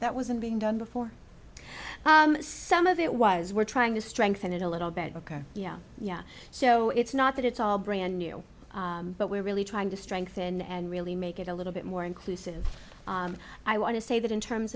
that wasn't being done before some of it was we're trying to strengthen it a little bit ok yeah so it's not that it's all brand new but we're really trying to strength and really make it a little bit more inclusive i want to say that in terms